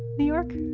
new york?